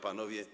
Panowie!